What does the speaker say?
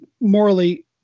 morally